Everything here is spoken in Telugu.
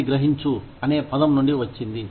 ఇది గ్రహించు అనే పదం నుండి వచ్చింది